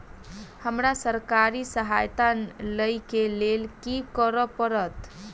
हमरा सरकारी सहायता लई केँ लेल की करऽ पड़त?